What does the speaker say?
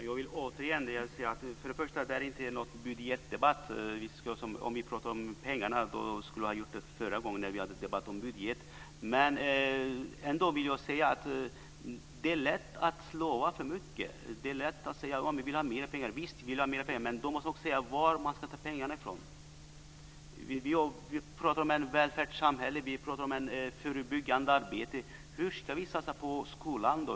Fru talman! Först vill jag säga att detta inte är någon budgetdebatt. Om Gunnel Wallin vill prata om pengarna skulle hon ha gjort det förra gången när vi hade debatt om budgeten. Men jag vill ändå säga att det är lätt att lova för mycket. Det är lätt att säga: Vi vill ha mer pengar. Men då måste man också säga var man ska ta pengarna. Vi pratar om välfärdssamhället. Vi pratar om förebyggande arbete. Hur ska vi satsa på skolan?